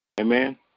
Amen